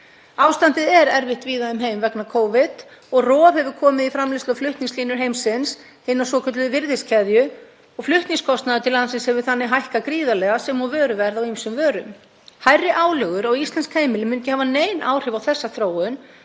Ástandið er erfitt víða um heim vegna Covid og rof hefur komið í framleiðslu- og flutningslínur heimsins, hina svokölluðu virðiskeðju, og flutningskostnaður til landsins hefur þannig hækkað gríðarlega sem og verð á ýmsum vörum. Hærri álögur á íslensk heimili munu ekki hafa nein áhrif á þessa þróun.